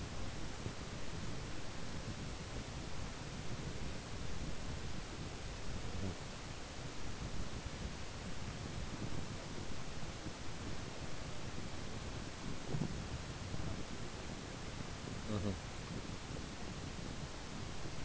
mm mmhmm